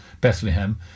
Bethlehem